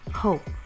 hope